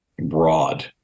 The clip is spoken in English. broad